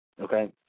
okay